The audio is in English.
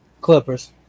clippers